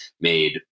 made